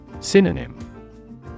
Synonym